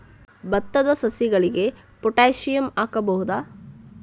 ಭತ್ತದ ಸಸಿಗಳಿಗೆ ಪೊಟ್ಯಾಸಿಯಂ ಹಾಕಬಹುದಾ?